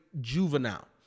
juvenile